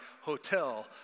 hotel